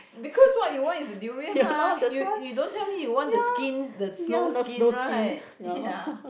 because what you want is the durian mah you you don't tell me what you want is the skins the snow skin right ya